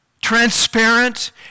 transparent